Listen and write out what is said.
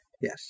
Yes